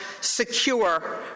secure